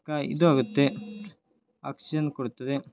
ಕ ಇದು ಆಗುತ್ತೆ ಆಕ್ಸಿಜನ್ ಕೊಡುತ್ತದೆ